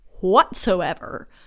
whatsoever